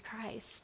Christ